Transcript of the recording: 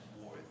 war